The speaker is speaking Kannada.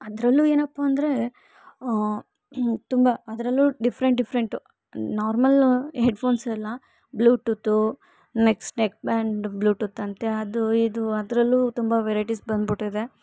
ಅದರಲ್ಲೂ ಏನಪ್ಪ ಅಂದರೆ ತುಂಬ ಅದರಲ್ಲೂ ಡಿಫ್ರೆಂಟ್ ಡಿಫ್ರೆಂಟು ನಾರ್ಮಲ್ ಹೆಡ್ಫೋನ್ಸೆಲ್ಲ Bluetooth next neck band ಬ್ಲೂಟೂತಂತೆ ಅದು ಇದು ಅದರಲ್ಲೂ ತುಂಬ ವೈರೈಟಿಸ್ ಬಂದ್ಬಿಟ್ಟಿದೆ